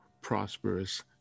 prosperous